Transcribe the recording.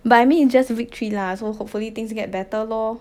but I mean it's just week three lah so hopefully things get better lor